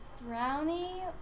Brownie